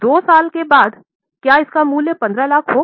2 साल बाद क्या इसका मूल्य 15 लाख होगा